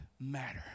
matter